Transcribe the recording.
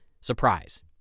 surprise